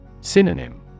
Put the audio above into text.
Synonym